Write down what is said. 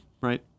right